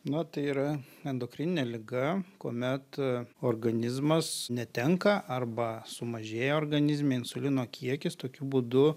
na tai yra endokrininė liga kuomet organizmas netenka arba sumažėja organizme insulino kiekis tokiu būdu